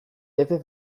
efe